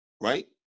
right